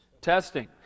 Testing